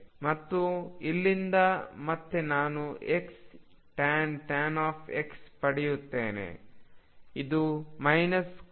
ಮತ್ತು ಇಲ್ಲಿಂದ ಮತ್ತೆ ನಾನು Xtan X ಪಡೆಯುತ್ತೇನೆ